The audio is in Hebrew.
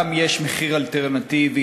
גם יש מחיר אלטרנטיבי,